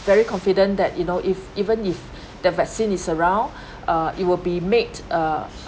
very confident that you know if even if the vaccine is around uh it will be made uh